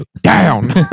down